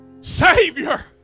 Savior